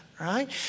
right